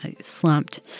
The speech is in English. slumped